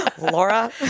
Laura